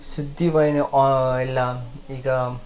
ಸುದ್ದಿ ವಾಹಿನಿ ಎಲ್ಲ ಈಗ